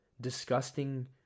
disgusting